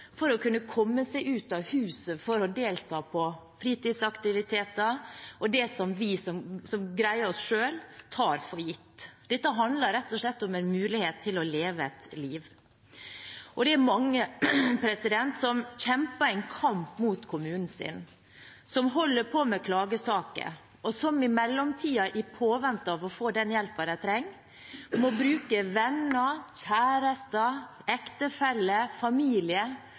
for å kunne komme seg ut av huset for å delta på fritidsaktiviteter og det som vi, som greier oss selv, tar for gitt. Dette handler rett og slett om en mulighet til å leve et liv. Det er mange som kjemper en kamp mot kommunen sin, som holder på med klagesaker, og som i mellomtiden – i påvente av å få den hjelpen de trenger – må bruke venner, kjæreste, ektefelle og familie